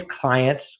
clients